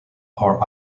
are